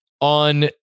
On